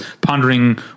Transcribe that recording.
pondering